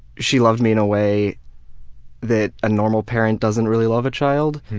she loved me in a way that a normal parent doesn't really love a child,